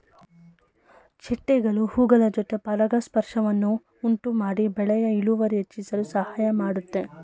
ಚಿಟ್ಟೆಗಳು ಹೂಗಳ ಜೊತೆ ಪರಾಗಸ್ಪರ್ಶವನ್ನು ಉಂಟುಮಾಡಿ ಬೆಳೆಯ ಇಳುವರಿ ಹೆಚ್ಚಿಸಲು ಸಹಾಯ ಮಾಡುತ್ತೆ